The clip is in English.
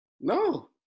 No